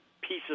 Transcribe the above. pieces